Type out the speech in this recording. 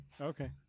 Okay